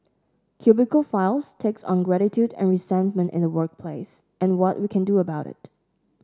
cubicle Files takes on gratitude and resentment in the workplace and what we can do about it